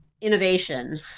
innovation